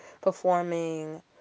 performing